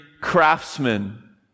craftsmen